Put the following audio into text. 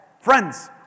Friends